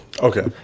okay